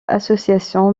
association